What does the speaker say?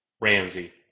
Ramsey